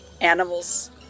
animals